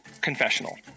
confessional